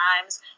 times